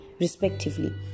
respectively